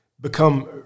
Become